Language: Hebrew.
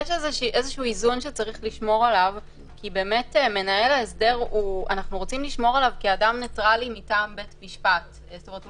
אולי כדאי לשקול להוסיף שמנהל ההסדר ידווח לבית המשפט על סטייה